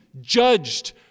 judged